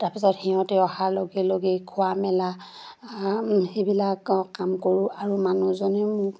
তাৰ পিছত সিহঁতে অহাৰ লগে লগেই খোৱা মেলা সেইবিলাক কাম কৰোঁ আৰু মানুহজনে মোক